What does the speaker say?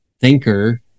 thinker